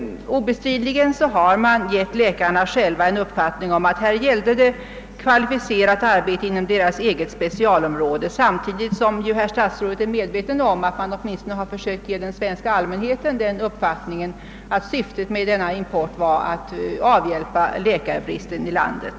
Obestridligen har man givit läkarna uppfattningen att det härvidlag gällde att vidareutbilda sig inom det egna specialområdet. Samtidigt har man — det är statsrådet medveten om — försökt ge den svenska allmänheten uppfattningen att syftet med importen var att söka avhjälpa läkarbristen i landet.